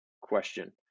question